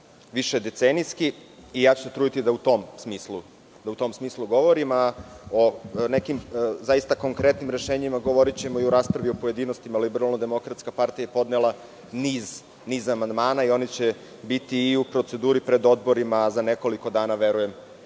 višedecenijski i ja ću se truditi da u tom smislu govorim, a o nekim konkretnim rešenjima govorićemo u raspravi o pojedinostima. Liberalno-demokratska partija je podnela niz amandmana i oni će biti i u proceduri pred odborima, a za nekoliko dana verujem